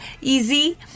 easy